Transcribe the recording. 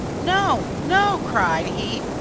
no, no! cried he,